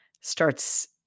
starts